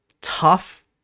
tough